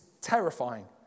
terrifying